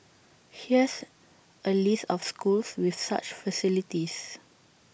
here's A list of schools with such facilities